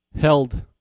held